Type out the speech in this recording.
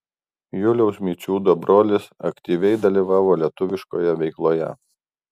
juliaus mičiūdo brolis aktyviai dalyvavo lietuviškoje veikloje